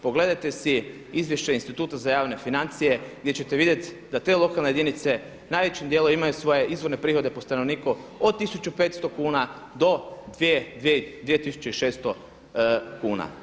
Pogledajte si izvješće Instituta za javne financije gdje ćete vidjeti da te lokalne jedinice najvećim dijelom imaju svoje izvorne prihode po stanovniku od 1.550 kuna do 2.600 kuna.